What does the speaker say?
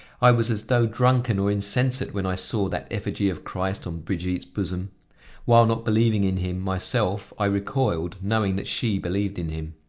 i was as though drunken or insensate when i saw that effigy of christ on brigitte's bosom while not believing in him myself i recoiled, knowing that she believed in him.